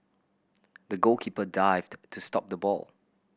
the goalkeeper dived to stop the ball